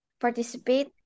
participate